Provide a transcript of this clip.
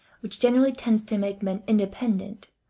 which generally tends to make men independent,